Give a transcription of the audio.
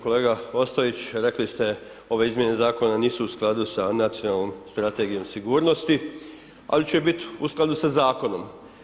Kolega Ostojić, rekli ste, ove izmjene zakona nosu u skladu sa nacionalnom strategijom sigurnosti ali že biti u skladu sa zakonom.